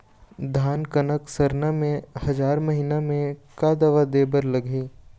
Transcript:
धान कनक सरना मे हजार महीना मे का दवा दे बर लगही?